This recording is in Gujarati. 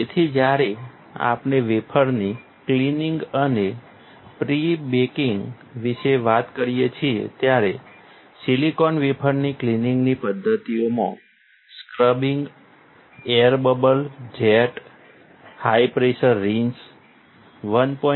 તેથી જ્યારે આપણે વેફરની ક્લિનિંગ અને પ્રિ બેકિંગ વિશે વાત કરીએ છીએ ત્યારે સિલિકોન વેફરની ક્લિનિંગની પદ્ધતિઓમાં scrubbing air bubble jet high pressure rinse 1